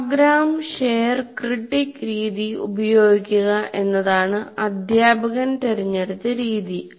programme share critic രീതി ഉപയോഗിക്കുക എന്നതാണ് അധ്യാപകൻ തിരഞ്ഞെടുത്ത രീതി